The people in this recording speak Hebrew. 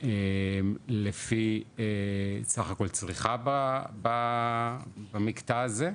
לפי סך הכל צריכה במקטע הזה,